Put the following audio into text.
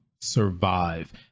survive